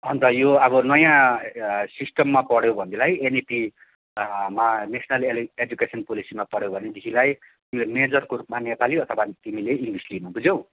अन्त यो अब नयाँ सिस्टममा पढ्यौ भनेलाई एनइपी मा नेसनल एल एडुकेसन पोलिसिमा पढ्यौ भनेदेखिलाई तिमीले मेजरको रूपमा नेपाली अथवा तिमीले इङ्लिस लिनू बुझ्यौ